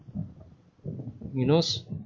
who knows